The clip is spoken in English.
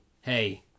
Hey